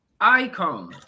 icon